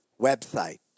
website